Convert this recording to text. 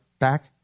back